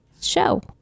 show